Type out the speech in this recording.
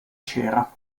cera